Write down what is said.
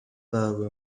байгаагүй